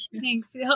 thanks